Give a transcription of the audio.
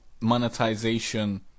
monetization